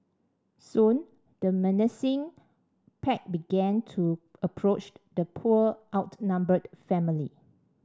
soon the menacing pack began to approach the poor outnumbered family